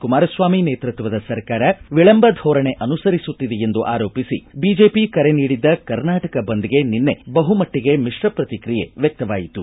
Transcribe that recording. ಕುಮಾರಸ್ವಾಮಿ ನೇತೃತ್ವದ ಸರ್ಕಾರ ವಿಳಂಬ ಧೋರಣೆ ಅನುಸರಿಸುತ್ತಿದೆ ಎಂದು ಆರೋಪಿಸಿ ಬಿಜೆಪಿ ಕರೆ ನೀಡಿದ್ದ ಕರ್ನಾಟಕ ಬಂದ್ಗೆ ನಿನ್ನೆ ಬಹುಮಟ್ಟಿಗೆ ಮಿಶ್ರ ಪ್ರತಿಕ್ರಿಯೆ ವ್ಯಕ್ತವಾಯಿತು